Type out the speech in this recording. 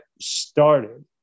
started